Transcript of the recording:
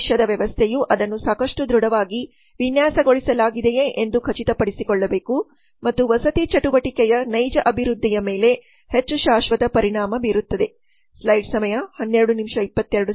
ಭವಿಷ್ಯದ ವ್ಯವಸ್ಥೆಯು ಅದನ್ನು ಸಾಕಷ್ಟು ದೃಡವಾಗಿ ವಿನ್ಯಾಸಗೊಳಿಸಲಾಗಿದೆಯೆ ಎಂದು ಖಚಿತಪಡಿಸಿಕೊಳ್ಳಬೇಕು ಮತ್ತು ವಸತಿ ಚಟುವಟಿಕೆಯ ನೈಜ ಅಭಿವೃದ್ಧಿಯ ಮೇಲೆ ಹೆಚ್ಚು ಶಾಶ್ವತ ಪರಿಣಾಮ ಬೀರುತ್ತದೆ